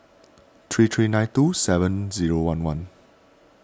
three three nine two seven zero one one